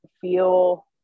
feel